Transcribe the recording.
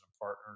partners